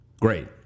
Great